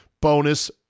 bonus